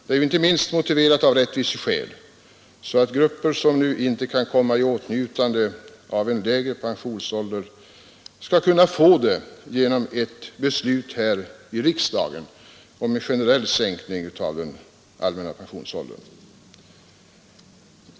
Det är motiverat inte minst av rättviseskäl: grupper som inte nu kan komma i åtnjutande av en lägre pensionsålder skall kunna få pension tidigare nu genom ett beslut här i riksdagen om en sänkning av den allmänna pensionsåldern.